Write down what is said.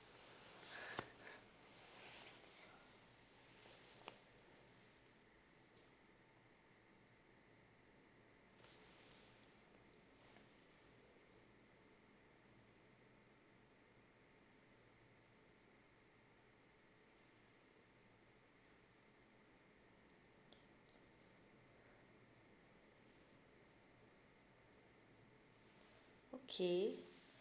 okay